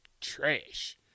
trash